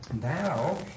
Now